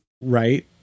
Right